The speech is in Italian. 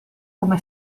come